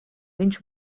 viņš